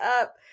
up